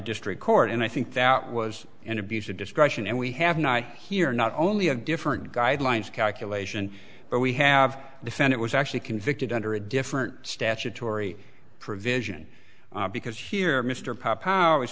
district court and i think that was an abuse of discretion and we have an eye here not only of different guidelines calculation but we have the fed it was actually convicted under a different statutory provision because here mr powe